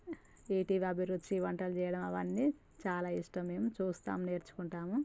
ETV Abhiruchi వంటలు చేయడం అవన్నీ చాలా ఇస్టం మేము చూస్తాం నేర్చుకుంటాము